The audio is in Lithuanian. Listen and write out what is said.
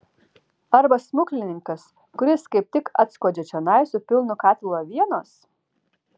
arba smuklininkas kuris kaip tik atskuodžia čionai su pilnu katilu avienos